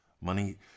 Money